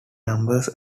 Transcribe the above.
numbers